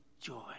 joy